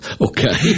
Okay